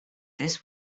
this